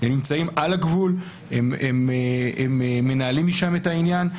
הם נמצאים על הגבול, הם מנהלים משם את העניין.